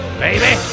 baby